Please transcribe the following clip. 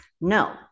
No